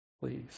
please